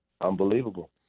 unbelievable